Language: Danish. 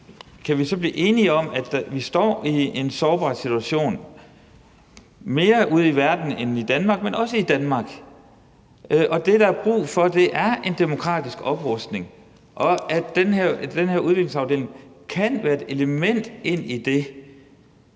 om vi så kan blive enige om, at vi står i en sårbar situation, mere ude i verden end i Danmark, men også i Danmark, og at det, der er brug for, er en demokratisk oprustning, og at den her udviklingsafdeling kan være et element ind i det.